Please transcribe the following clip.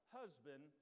husband